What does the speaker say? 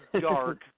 dark